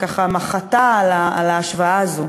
שככה מחתה על ההשוואה הזאת.